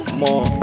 more